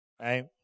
right